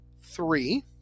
three